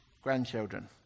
grandchildren